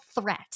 threat